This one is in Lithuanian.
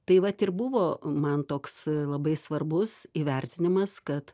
tai vat ir buvo man toks labai svarbus įvertinimas kad